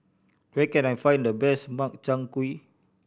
where can I find the best Makchang Gui